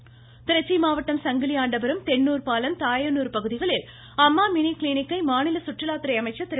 நடராஜன் திருச்சி மாவட்டம் சங்கிலியாண்டபுரம் தென்னூர் பாலம் தாயனூர் பகுதிகளில் அம்மா மினி கிளினிக்கை மாநில சுற்றுலாத்துறை அமைச்சர் திரு